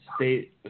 State